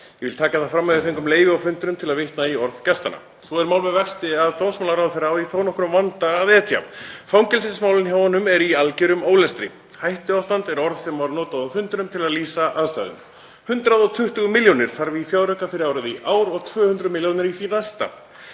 Ég vil taka það fram að við fengum leyfi á fundinum til að vitna í orð gestanna. Þannig er mál með vexti að dómsmálaráðherra á við þó nokkurn vanda að etja. Fangelsismálin hjá honum eru í algjörum ólestri. Hættuástand er orð sem var notað á fundinum til að lýsa aðstæðum. 120 milljónir þarf í fjárauka fyrir árið í ár og 200 milljónir á því næsta.